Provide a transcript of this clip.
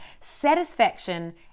satisfaction